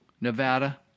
Nevada